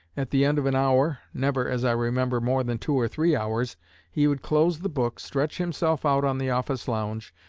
at the end of an hour never, as i remember, more than two or three hours he would close the book, stretch himself out on the office lounge,